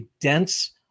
dense